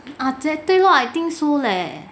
阿姐对咯 I think so leh